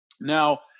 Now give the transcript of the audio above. Now